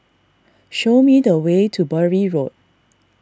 show me the way to Bury Road